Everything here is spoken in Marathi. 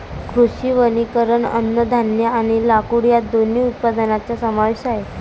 कृषी वनीकरण अन्नधान्य आणि लाकूड या दोन्ही उत्पादनांचा समावेश आहे